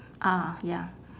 ah ya